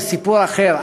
זה סיפור אחר.